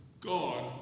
God